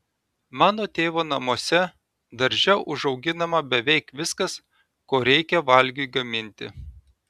mano tėvo namuose darže užauginama beveik viskas ko reikia valgiui gaminti